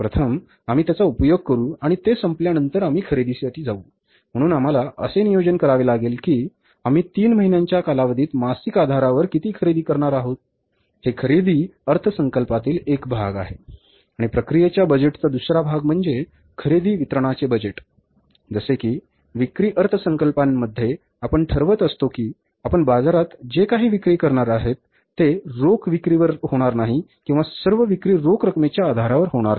प्रथम आम्ही त्याचा उपयोग करू आणि ते संपल्यानंतर आम्ही खरेदीसाठी जाऊ म्हणून आम्हाला असे नियोजन करावे लागेल की आम्ही 3 महिन्यांच्या कालावधीत मासिक आधारावर किती खरेदी करणार आहोत हे खरेदी अर्थसंकल्पातील एक भाग आहे आणि प्रक्रियेच्या बजेटचा दुसरा भाग म्हणजे खरेदी वितरणाचे बजेट जसे की विक्री अर्थसंकल्पामध्ये आपण ठरवत असतो की आपण बाजारात जे काही विक्री करणार आहोत ते रोख विक्रीवर होणार नाही किंवा सर्व विक्री रोख रकमेच्या आधारे होणार नाही